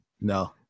no